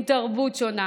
עם תרבות שונה,